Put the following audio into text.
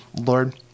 Lord